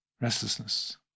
restlessness